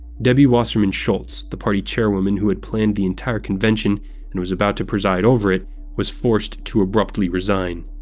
debbie wasserman-schultz the party chairwoman who had planned the entire convention and was about to preside over it was forced to abruptly resign.